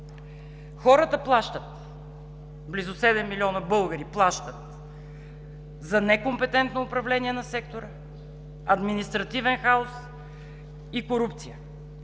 Хората плащат, близо седем милиона българи плащат за некомпетентно управление на сектора, административен хаос и корупция.